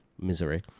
misery